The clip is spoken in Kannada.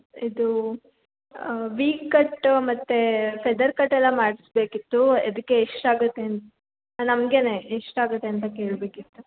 ಇದು ವೀ ಕಟ್ಟ್ ಮತ್ತೆ ಫೆದರ್ ಕಟ್ ಎಲ್ಲ ಮಾಡಿಸ್ಬೇಕಿತ್ತು ಅದಕ್ಕೆ ಎಷ್ಟು ಆಗುತ್ತೆ ಅಂತೆ ನಮ್ಗೆಯೇ ಎಷ್ಟು ಆಗುತ್ತೆ ಅಂತೆ ಕೇಳಬೇಕಿತ್ತು